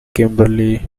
kimberly